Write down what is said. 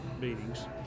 meetings